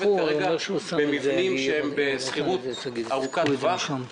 כרגע במבנים שהם בשכירות ארוכת-טווח.